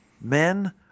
men